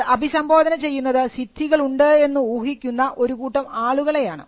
അത് അഭിസംബോധന ചെയ്യുന്നത് സിദ്ധികൾ ഉണ്ട് എന്ന് ഊഹിക്കുന്നു ഒരു കൂട്ടം ആളുകളെയാണ്